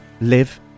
live